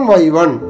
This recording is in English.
y1